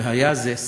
והיה זה שכרנו.